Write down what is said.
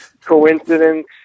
Coincidence